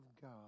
God